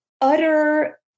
utter